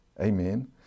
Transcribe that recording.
Amen